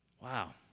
Wow